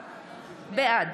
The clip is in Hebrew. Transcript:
בעד